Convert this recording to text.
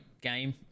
game